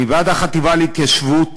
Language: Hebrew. אני בעד החטיבה להתיישבות,